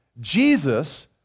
Jesus